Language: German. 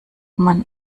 man